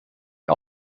has